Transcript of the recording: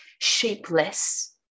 shapeless